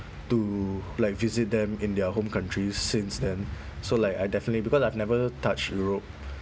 to like visit them in their home countries since then so like I definitely because I've never touched europe